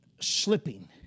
slipping